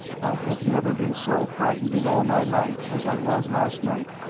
i have never been so frightened in all my life as i was last night.